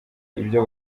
ibyo